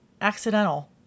accidental